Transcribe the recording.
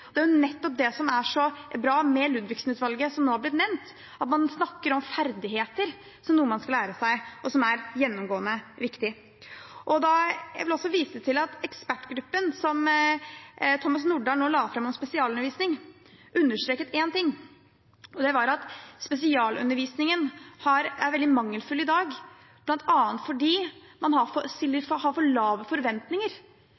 Det er nettopp det som er så bra med Ludvigsen-utvalget som nå er blitt nevnt: at man snakker om ferdigheter som noe man skal lære seg, og som er gjennomgående viktig. Jeg vil også vise til at rapporten som ekspertgruppen ledet av Thomas Nordahl nylig la fram om spesialundervisning, understreket én ting, og det var at spesialundervisningen er veldig mangelfull i dag, bl.a. fordi man har